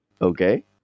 Okay